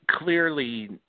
Clearly –